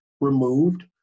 removed